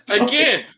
Again